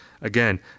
Again